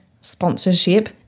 sponsorship